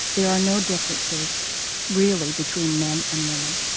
there are no differences really between men and women.